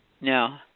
No